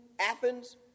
Athens